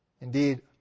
Indeed